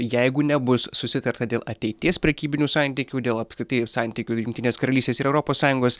jeigu nebus susitarta dėl ateities prekybinių santykių dėl apskritai santykių jungtinės karalystės ir europos sąjungos